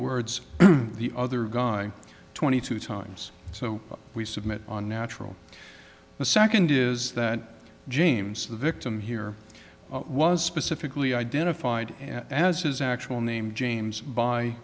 words the other guy twenty two times so we submit on natural the second is that james the victim here was specifically identified as his actual name james by